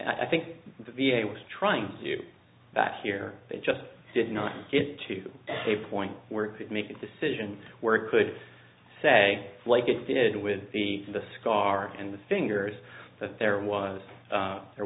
i think the v a was trying to do that here they just did not get to a point where you could make a decision where it could say like it did with the the scar and the fingers that there was there